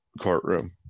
courtroom